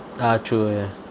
ah true ya